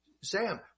sam